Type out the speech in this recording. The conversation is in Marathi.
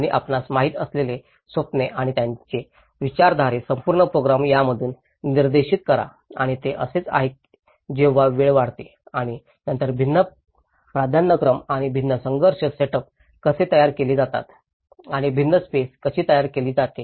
आणि आपणास माहित असलेले स्वप्ने आणि त्यांचे विचारधारे संपूर्ण प्रोग्राम त्यामधून निर्देशित करा आणि ते असेच आहे जेव्हा वेळ वाढते आणि नंतर भिन्न प्राधान्यक्रम आणि भिन्न संघर्ष सेटअप कसे तयार केले जातात आणि भिन्न स्पेस कशी तयार केली जाते